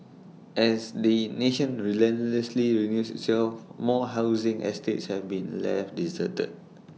as the nation relentlessly renews itself more housing estates have been left deserted